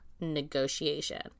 negotiation